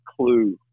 clue